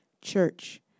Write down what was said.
church